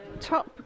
top